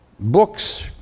Books